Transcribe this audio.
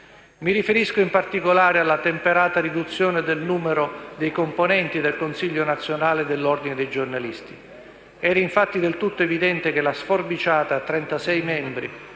Mi riferisco, in particolare, alla temperata riduzione del numero dei componenti del Consiglio nazionale dell'Ordine dei giornalisti. Era infatti del tutto evidente che la sforbiciata a 36 membri